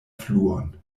fluon